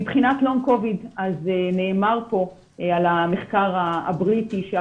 מבחינת long covid, נאמר פה על המחקר הבריטי,